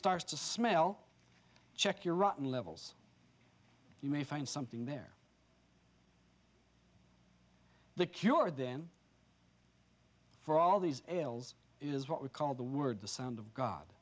starts to smell check your rotten levels you may find something there the cure then for all these ails it is what we call the word the sound of god